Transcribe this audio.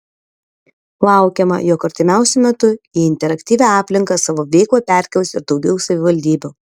laukiama jog artimiausiu metu į interaktyvią aplinką savo veiklą perkels ir daugiau savivaldybių